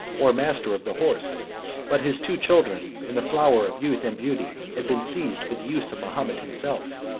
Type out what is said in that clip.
or master of the horse but his two children, in the flower of youth and beauty, had been seized for the use of mahomet himself.